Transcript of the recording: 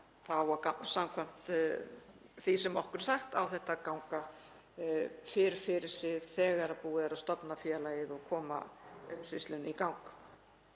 það að samkvæmt því sem okkur er sagt á þetta ganga fyrr fyrir sig þegar búið er að stofna félagið og koma umsýslunni í gang.